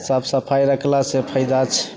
साफ सफाइ रखलासँ फायदा छै